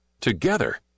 Together